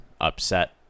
upset